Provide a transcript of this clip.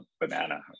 banana